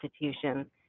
institutions